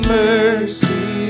mercy